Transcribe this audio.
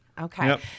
Okay